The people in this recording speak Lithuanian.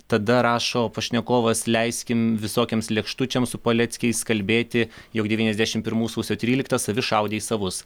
tada rašo pašnekovas leiskim visokiems lėkštučiams su paleckiais kalbėti jog devyniasdešim pirmų sausio tryliktą savi šaudė į savus